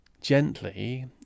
gently